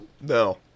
No